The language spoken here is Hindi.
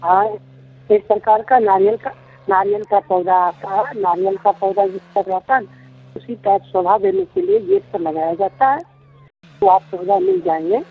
और एक प्रकार का नारियल का नारियल का पौधा आता है नारियल का पौधा जैसा रहता है न उसी टाइप सलहा देने के लिये गेट पर लगाया जाता है तो आप सुविधा नहीं जानिए